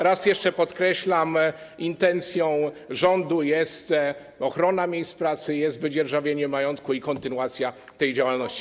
Raz jeszcze podkreślam: intencją rządu jest ochrona miejsc pracy, jest wydzierżawienie majątku i kontynuacja tej działalności.